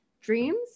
dreams